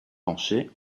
pencher